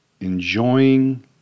Enjoying